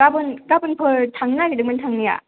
गाबोन गाबोनफोर थांनो नागिरदोंमोन थांनाया